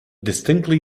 distinctly